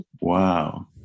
Wow